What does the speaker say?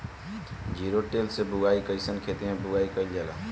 Zero till से बुआई कयिसन खेते मै बुआई कयिल जाला?